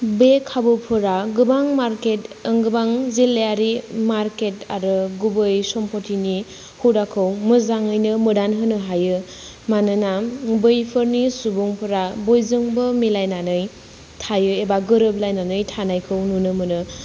बे खाबुफोरा गोबां मार्केट गोबां जिल्लायारि मार्केट आरो गुबै सम्पतिनि हुदाखौ मोजाङैनो मोदानहोनो हायो मानोना बैफोरनि सुबुंफोरा बयजोंबो मिलायनानै थायो एबा गोरोबलायनानै थानायखौ नुनो मोनो